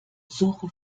suche